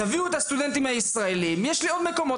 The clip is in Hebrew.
תביאו את הסטודנטים הישראלים, יש לי עוד מקומות.